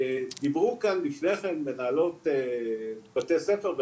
דיברו כאן לפני כן מנהלות בתי ספר,